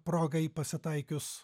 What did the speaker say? progai pasitaikius